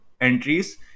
entries